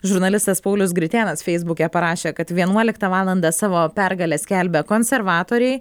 žurnalistas paulius gritėnas feisbuke parašė kad vienuoliktą valandą savo pergalę skelbia konservatoriai